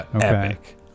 epic